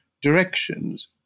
directions